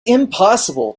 impossible